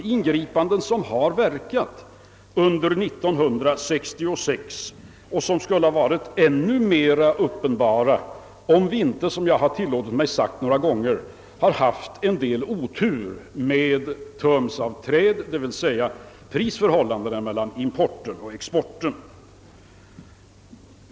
Dessa ingripanden har verkat under 1966 och de skulle ha varit ännu mera uppenbara om vi inte, som jag tillåtit mig säga några gånger, hade haft en del otur med terms of trade, d.v.s. prisförhållandena mellan importen och exporten.